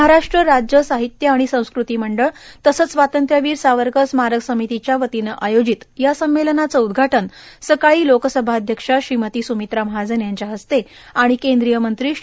महाराष्ट्र राज्य साहित्य आणि संस्कृती मंडळ तसंच स्वातंत्र्यवीर सावरकर स्मारक समितीच्या वतीनं आयोजित या संमेलनाचं उद्दघाटन सकाळी लोकसभाष्यक्षा श्रीमती सुमित्रा महाजन यांच्या हस्ते आणि केंद्रीय मंत्री श्री